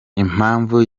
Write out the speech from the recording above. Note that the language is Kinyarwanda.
impamvu